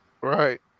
Right